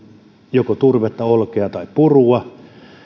joko turvetta olkea tai purua